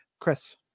Chris